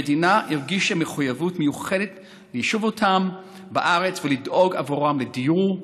המדינה הרגישה מחויבות מיוחדת ליישב אותן בארץ ולדאוג עבורן לדיור,